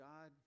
God